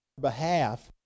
behalf